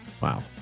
Wow